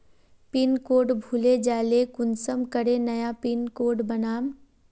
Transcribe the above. Pin code भूले जाले कुंसम करे नया पिन कोड बनाम?